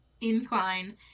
incline